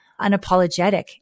unapologetic